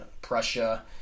Prussia